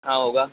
ہاں ہوگا